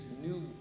new